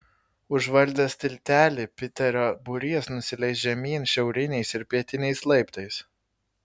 užvaldęs tiltelį piterio būrys nusileis žemyn šiauriniais ir pietiniais laiptais